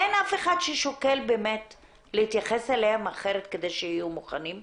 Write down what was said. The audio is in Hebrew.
אין אף אחד ששוקל באמת להתייחס אליהם אחרת כדי שיהיו מוכנים.